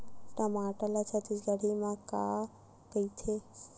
टमाटर ला छत्तीसगढ़ी मा का कइथे?